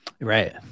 Right